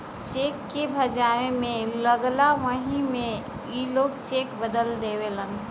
check के भजाए मे लगला वही मे ई लोग चेक बदल देवेलन